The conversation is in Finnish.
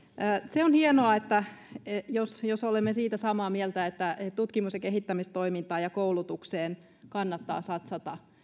se on hienoa jos jos olemme siitä samaa mieltä että tutkimus ja kehittämistoimintaan ja koulutukseen kannattaa satsata